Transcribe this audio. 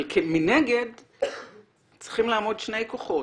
אבל מנגד צריכים לעמוד שני כוחות,